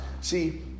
See